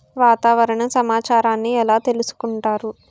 వాతావరణ సమాచారాన్ని ఎలా తెలుసుకుంటారు?